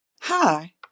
Hi